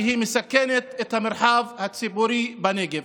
כי היא מסכנת את המרחב הציבורי בנגב.